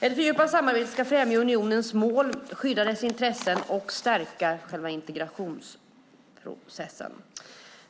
Ett fördjupat samarbete ska främja unionens mål, skydda dess intressen och stärka själva integrationsprocessen.